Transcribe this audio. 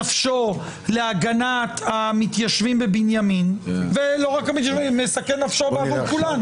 נפשו להגנת המתיישבים בבנימין והגנת כולנו,